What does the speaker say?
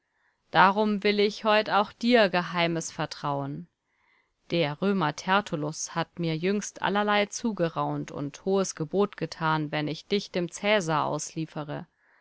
darum will ich heut auch dir geheimes vertrauen der römer tertullus hat mir jüngst allerlei zugeraunt und hohes gebot getan wenn ich dich dem cäsar ausliefere